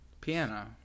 Piano